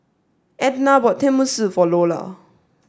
Edna bought Tenmusu for Lola